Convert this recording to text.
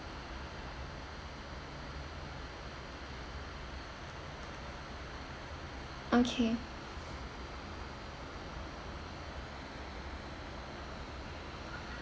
okay